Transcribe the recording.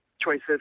choices